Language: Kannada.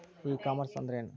ಇ ಕಾಮರ್ಸ್ ಅಂದ್ರೇನು?